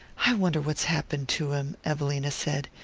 i wonder what's happened to him, evelina said.